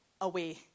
away